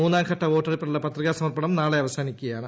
മൂന്നാംഘട്ട വോട്ടെടുപ്പിനുള്ള പത്രികാ സമർപ്പണം നാളെ അവസാനിക്കുകയാണ്